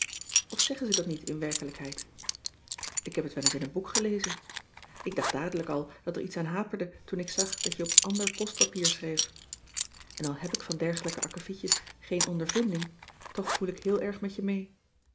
of zeggen ze dat niet in werkelijkheid ik heb het wel eens in een boek gelezen ik dacht dadelijk al dat er iets aan haperde toen ik zag dat je op ander postpapier schreef en al heb ik van dergelijke akkevietjes geen ondervinding toch voel ik heel erg met je mee